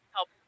Help